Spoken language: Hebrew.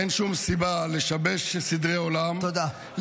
אין שום סיבה לשבש סדרי עולם -- תודה.